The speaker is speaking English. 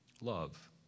Love